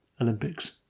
Olympics